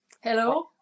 Hello